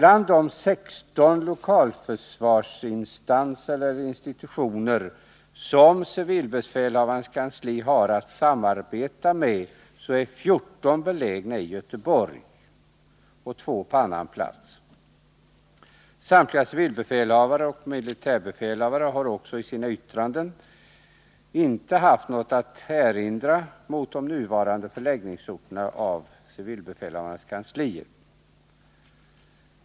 Av de 16 lokalförsvarsinstitutioner som civilbefälhavarens kansli har att samarbeta med är 14 belägna i Göteborg och två på annan plats. Samtliga civilbefälhavare och militärbefälhavare har i sina yttranden inte haft något att erinra mot de nuvarande förläggningsorterna för civilbefälhavarnas kanslier.